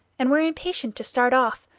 and were impatient to start off,